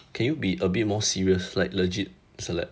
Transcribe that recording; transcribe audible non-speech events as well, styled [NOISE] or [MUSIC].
[NOISE] can you be a bit more serious like legit celeb